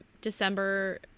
December